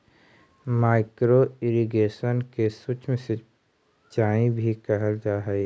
micro irrigation के सूक्ष्म सिंचाई भी कहल जा हइ